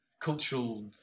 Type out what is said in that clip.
cultural